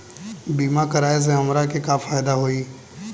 बीमा कराए से हमरा के का फायदा होई?